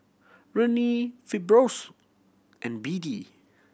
Rene Fibrosol and B D